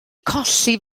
colli